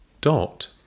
dot